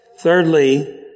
Thirdly